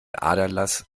aderlass